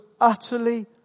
utterly